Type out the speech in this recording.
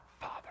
father